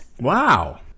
Wow